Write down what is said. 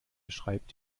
beschreibt